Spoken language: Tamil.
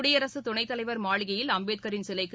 குடியரசுதுணத் தலைவர் மாளிகையில் அம்பேத்கரின் சிலைக்கு